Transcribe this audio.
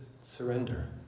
surrender